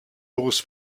los